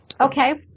Okay